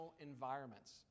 environments